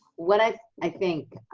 what i i think